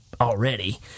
already